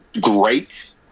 great